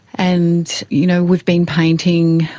and you know we've been painting,